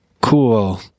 Cool